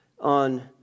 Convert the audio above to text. on